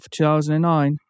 2009